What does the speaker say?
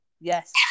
yes